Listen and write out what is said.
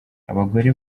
abagore